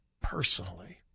personally